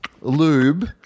Lube